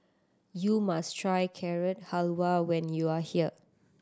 you must try Carrot Halwa when you are here